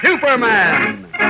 Superman